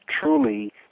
truly